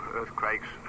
earthquakes